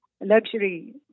luxury